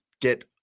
get